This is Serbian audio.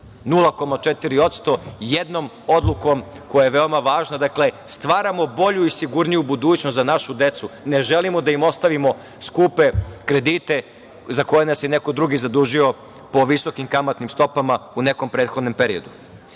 0,4% jednom odlukom koja je veoma važna. Dakle, stvaramo bolju i sigurniju budućnost za našu decu. Ne želimo da im ostavimo skupe kredite za koje nas je neko drugi zadužio po visokim kamatnim stopama u nekom prethodnom periodu. Četvrti